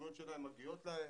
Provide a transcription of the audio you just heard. הזכויות שלהם מגיעות להם.